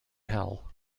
hell